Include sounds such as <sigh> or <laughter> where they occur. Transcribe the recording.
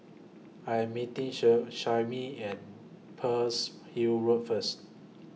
I Am meeting <unintelligible> and Pearl's Hill Road First